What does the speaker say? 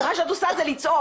מה שאת עושה זה לצעוק.